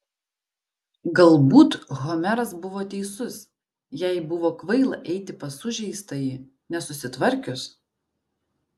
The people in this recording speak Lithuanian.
galbūt homeras buvo teisus jai buvo kvaila eiti pas sužeistąjį nesusitvarkius